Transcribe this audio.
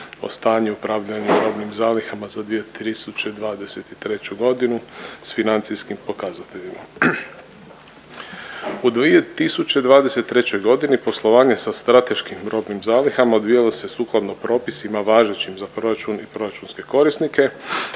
o stanju i upravljanju robnim zalihama za 2023. godinu s financijskim pokazateljima. U 2023. godini poslovanje sa strateškim robnim zalihama odvijalo se sukladno propisima važećim za proračun i proračunske korisnike,